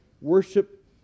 worship